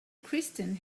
kristen